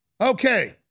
Okay